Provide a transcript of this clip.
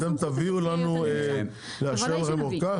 אבל אתם תביאו לנו לאשר לכם ארכה?